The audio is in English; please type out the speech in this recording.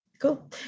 Cool